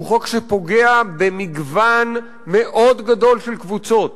הוא חוק שפוגע במגוון מאוד גדול של קבוצות